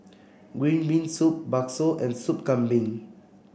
Green Bean Soup Bakso and Soup Kambing